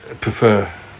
prefer